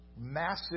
massive